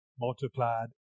multiplied